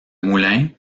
moulin